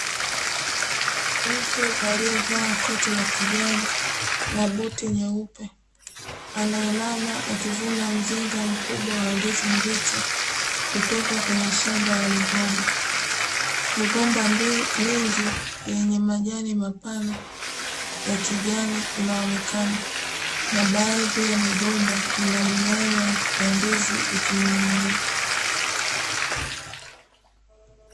Mtu aliyevaa koti la kijani na buti nyeuppe anainama akivuna mzinga mkubwa wa ndizi mbichi kutoka kwenye shamba la migomba, migomba mingi yenye majani mapana ya kijani inaonekana na baadhi ya migomba ina mianya ya ndizi ikining'inia.